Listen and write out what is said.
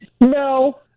No